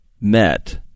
met